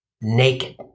Naked